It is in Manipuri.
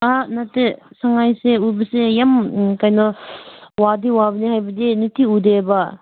ꯅꯠꯇꯦ ꯁꯪꯉꯥꯏꯁꯦ ꯎꯕꯁꯦ ꯌꯥꯝ ꯀꯩꯅꯣ ꯋꯥꯗꯤ ꯋꯥꯕꯅꯦ ꯍꯥꯏꯕꯗꯤ ꯅꯨꯡꯇꯤꯒꯤ ꯎꯗꯦꯕ